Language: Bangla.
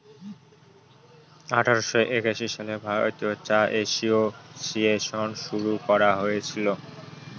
আঠারোশো একাশি সালে ভারতীয় চা এসোসিয়েসন শুরু করা হয়েছিল